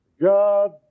God